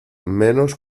menos